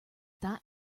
that